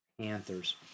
panthers